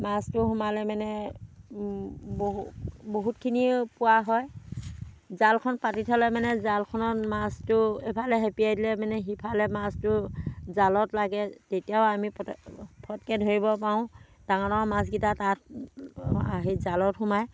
মাছটো সোমালে মানে বহু বহুতখিনিয়ে পোৱা হয় জালখন পাতি থ'লে মানে জালখনত মাছটো এফালে সেপিয়াই দিলে মানে সিফালে মাছটো জালত লাগে তেতিয়াও আমি পটক ফটকে ধৰিব পাৰোঁ ডাঙৰ ডাঙৰ মাছ কেইটা তাত আহি জালত সোমায়